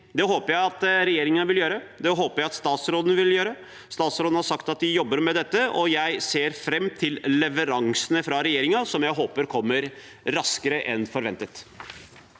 Det håper jeg at regjeringen vil gjøre. Det håper jeg at statsråden vil gjøre. Statsråden har sagt at de jobber med dette, og jeg ser fram til leveransene fra regjeringen, som jeg håper kommer raskere enn forventet.